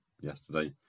Yesterday